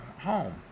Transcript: home